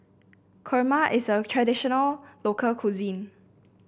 kurma is a traditional local cuisine